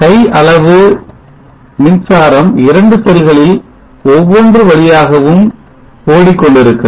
கை அளவு மின்சாரம் இரண்டு செல்களில் ஒவ்வொன்று வழியாகவும் ஓடிக்கொண்டிருக்கிறது